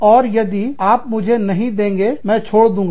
और यदि आप मुझे नहीं देंगे मैं छोड़ दूंगा